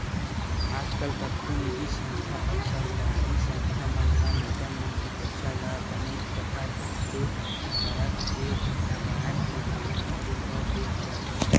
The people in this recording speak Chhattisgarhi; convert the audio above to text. आजकल कतको निजी संस्था अउ सरकारी संस्था मन ह लोगन मन के पइसा ल बने जघा देख परख के लगाए के काम चालू कर दे हवय